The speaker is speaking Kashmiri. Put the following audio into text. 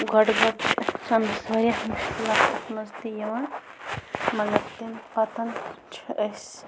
گۄڈٕ گۄڈٕ چھِ واریاہ مُشکِلات اَتھ منٛز تہِ یِوان مَگر تَمہِ پَتہٕ چھِ أسۍ